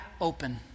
open